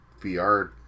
VR